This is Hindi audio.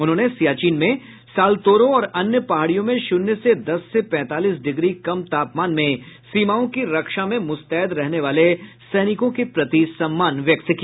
उन्होंने सियाचिन में सालतोरो और अन्य पहाड़ियों में शून्य से दस से पैंतालीस डिग्री कम तापमान में सीमाओं की रक्षा में मुस्तैद रहने वाले सैनिकों के प्रति सम्मान व्यक्त किया